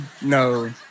no